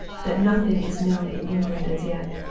that nothing is known in england as yet.